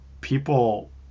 people